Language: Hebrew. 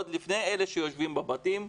עוד לפני אלה שיושבים בבתים,